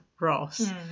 Ross